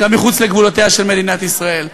גם מחוץ לגבולותיה של מדינת ישראל.